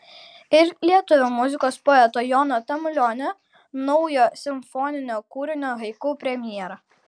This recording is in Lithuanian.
ir lietuvių muzikos poeto jono tamulionio naujo simfoninio kūrinio haiku premjera